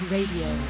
Radio